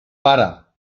para